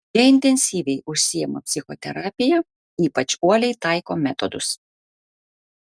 jie intensyviai užsiima psichoterapija ypač uoliai taiko metodus